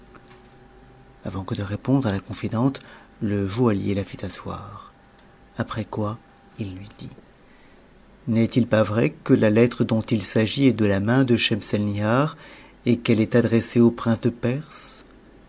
avant que de répondre à la confidente le joaillier a fit asseoir après quoi il lui dit n'est-il pas vrai que la lettre dont il s'agit est de la main ehemseinihar et qu'elle est adressée au